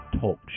Talk